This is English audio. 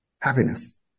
happiness